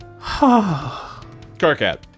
Carcat